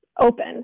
open